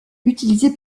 utilisé